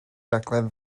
raglen